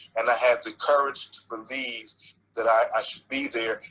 and i had the courage to believe that i should be there.